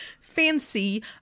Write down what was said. fancy